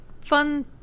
fun